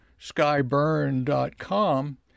skyburn.com